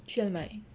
去哪里买